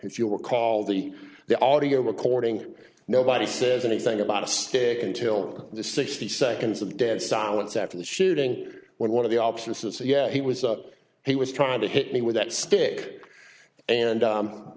if you recall the the audio recording nobody says anything about a stick until the sixty seconds of dead silence after the shooting when one of the ops this is a yeah he was up he was trying to hit me with that stick and